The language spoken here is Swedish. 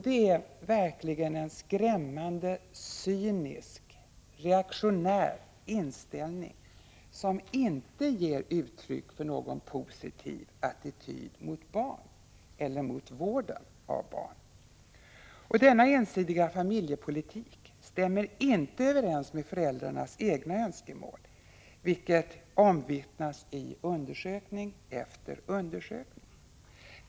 Det är verkligen en skrämmande cynisk, och reaktionär, inställning, som inte ger uttryck för någon positiv attityd mot barn eller mot vården av barn. Denna ensidiga familjepolitik stämmer inte överens med föräldrarnas egna önskemål, vilket omvittnas i undersökning efter undersökning.